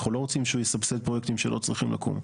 אנחנו לא רוצים שהוא יסבסד פרויקטים שלא צריכים לקום.